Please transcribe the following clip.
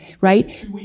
right